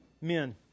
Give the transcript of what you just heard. men